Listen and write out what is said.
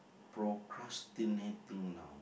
procrastinating now